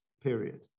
period